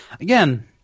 Again